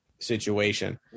situation